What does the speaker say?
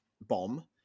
bomb